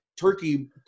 turkey